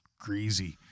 greasy